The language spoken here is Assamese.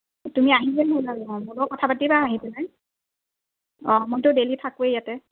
তুমি আহিলে হ'ল আৰু মোৰ লগত কথা পাতিবা আহি পেলাই অঁ মইতো ডেইলি থাকোঁৱেই ইয়াতে